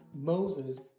Moses